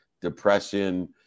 depression